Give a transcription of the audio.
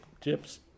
tips